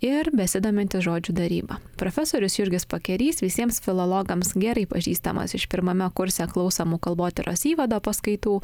ir besidomintys žodžių daryba profesorius jurgis pakerys visiems filologams gerai pažįstamas iš pirmame kurse klausomų kalbotyros įvado paskaitų